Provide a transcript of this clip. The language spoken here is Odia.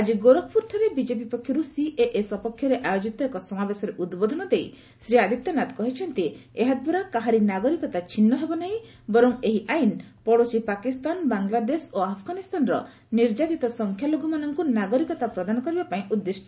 ଆଜି ଗୋରଖପୁର ଠାରେ ବିକେପି ପକ୍ଷରୁ ସିଏଏ ସପକ୍ଷରେ ଆୟୋଜିତ ଏକ ସମାବେଶରେ ଉଦ୍ବୋଧନ ଦେଇ ଶ୍ରୀ ଆଦିତ୍ୟନାଥ କହିଛନ୍ତି ଏହାଦ୍ୱାରା କାହାରି ନାଗରିକତା ଛିନ୍ନ ହେବ ନାହିଁ ବରଂ ଏହି ଆଇନ ପଡୋଶୀ ପାକିସ୍ତାନ ବାଂଲାଦେଶ ଓ ଆଫଗାନିସ୍କାନର ନିର୍ଯାତିତା ସଂଖ୍ୟାଲଘୁମାନଙ୍କୁ ନାଗରିକତା ପ୍ରଦାନ କରିବା ପାଇଁ ଉଦିଷ୍ଟ